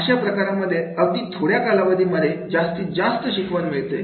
आणि म्हणून अशा प्रकारांमध्ये अगदी थोड्या कालावधीमध्ये जास्तीत जास्त शिकवण मिळते